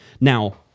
Now